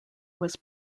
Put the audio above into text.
was